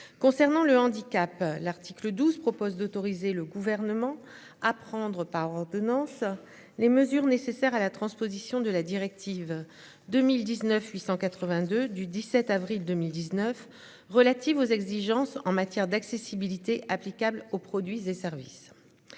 concernant le handicap. L'article 12 propose d'autoriser le gouvernement à prendre par ordonnances, les mesures nécessaires à la transposition de la directive 2019 882 du 17 avril 2019 relatives aux exigences en matière d'accessibilité applicable aux produits et services.